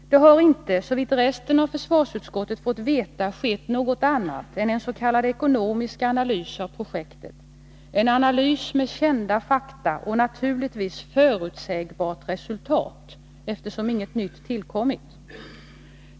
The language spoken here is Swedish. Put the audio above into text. Det har dock inte, såvitt resten av försvarsutskottet vet, skett något annat än ens.k. ekonomisk analys av projektet, en analys med kända fakta och naturligtvis förutsägbart resultat — eftersom inget nytt tillkommit.